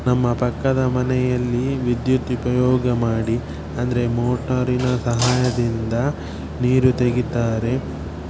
ನಮ್ಮ ಪಕ್ಕದ ಮನೆಯಲ್ಲಿ ವಿದ್ಯುತ್ ಉಪಯೋಗ ಮಾಡಿ ಅಂದರೆ ಮೋಟಾರಿನ ಸಹಾಯದಿಂದ ನೀರು ತೆಗಿತಾರೆ